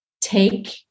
take